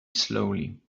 slowly